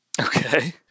Okay